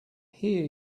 hear